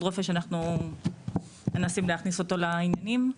רופא שאנחנו מנסים להכניס כרגע לעניינים.